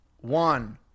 one